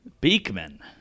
Beekman